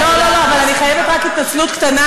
לא, לא, לא, אבל אני חייבת רק התנצלות קטנה.